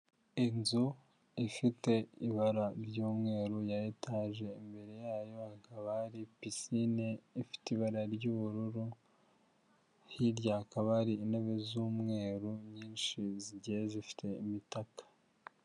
Inzu ifite ibara ry'umweru ya etaje imbere yayo hakaba hari pisine ifite ibara ry'ubururu hirya hakaba hari intebe z'umweru nyinshi zigiye zifite imitaka.